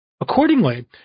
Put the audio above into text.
Accordingly